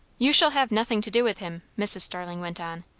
you shall have nothing to do with him, mrs. starling went on.